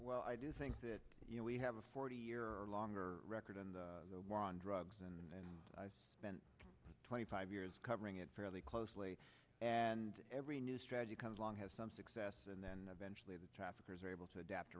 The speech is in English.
while i do think that you know we have a forty year longer record on the war on drugs and i spent twenty five years covering it fairly closely and every new strategy comes along has some success and then eventually the traffickers are able to adapt